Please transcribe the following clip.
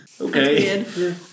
okay